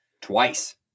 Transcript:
Twice